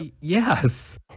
yes